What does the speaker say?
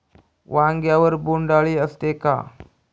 वांग्यावर बोंडअळी असते का?